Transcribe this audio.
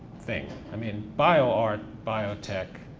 thing. i mean, bioart, biotech,